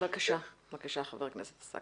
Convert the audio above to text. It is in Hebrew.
בבקשה, חבר הכנסת עסאקלה.